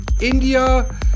India